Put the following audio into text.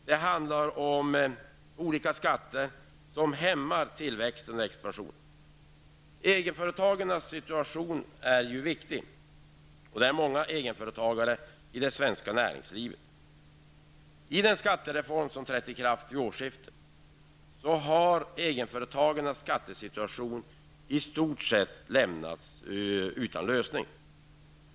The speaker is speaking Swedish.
Det handlar om olika skatter som hämmar tillväxt och expansion. Egenföretagarnas situation är ju viktig att beakta. Det är många egenföretagare i det svenska näringslivet. I den skattereform som trädde i kraft vid årsskiftet har egenföretagarnas skattesituation i stort sett lämnats utan lösning.